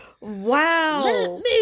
Wow